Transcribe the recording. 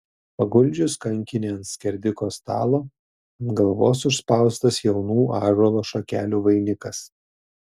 paguldžius kankinį ant skerdiko stalo ant galvos užspaustas jaunų ąžuolo šakelių vainikas